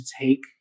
take